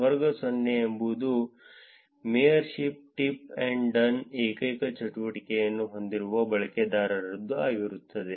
ವರ್ಗ 0 ಎಂಬುದು ಮೇಯರ್ಶಿಪ್ ಟಿಪ್ ಅಥವಾ ಡನ್ ಏಕೈಕ ಚಟುವಟಿಕೆಯನ್ನು ಹೊಂದಿರುವ ಬಳಕೆದಾರರದ್ದು ಆಗಿರುತ್ತದೆ